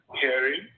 hearing